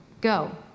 go